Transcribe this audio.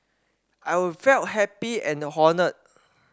I'll felt happy and